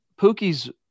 Pookie's